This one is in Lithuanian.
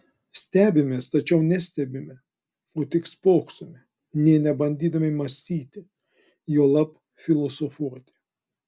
stebimės tačiau nestebime o tik spoksome nė nebandydami mąstyti juolab filosofuoti